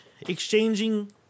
exchanging